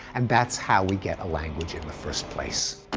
and that's how we get a language in the first place.